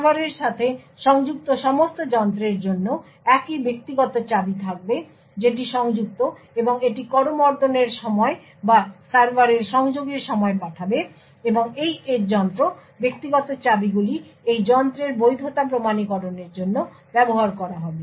সার্ভারের সাথে সংযুক্ত সমস্ত যন্ত্রের জন্য একই ব্যক্তিগত চাবি থাকবে যেটি সংযুক্ত এবং এটি করমর্দনের সময় বা সার্ভারের সংযোগের সময় পাঠাবে এবং এই এজ যন্ত্র ব্যক্তিগত চাবিগুলি এই যন্ত্রের বৈধতা প্রমাণীকরণের জন্য ব্যবহার করা হবে